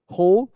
whole